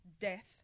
death